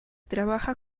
trabaja